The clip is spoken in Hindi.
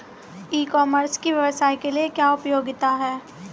ई कॉमर्स की व्यवसाय के लिए क्या उपयोगिता है?